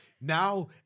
Now